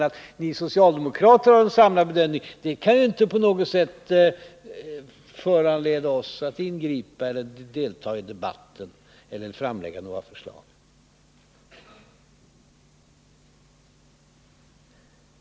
Att ni socialdemokrater har en samlad bedömning kan inte på något sätt föranleda oss att ingripa eller att delta i debatten eller att framlägga några förslag.